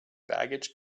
baggage